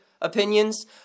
opinions